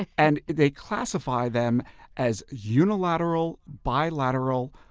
and they classify them as unilateral, bilateral,